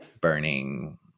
burning